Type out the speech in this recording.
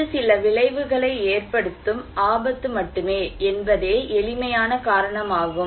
இது சில விளைவுகளை ஏற்படுத்தும் ஆபத்து மட்டுமே என்பதே எளிமையான காரணம் ஆகும்